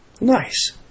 Nice